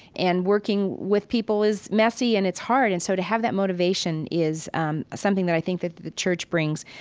and working with people is messy and it's hard. and so to have that motivation is um something that, i think, that the church brings.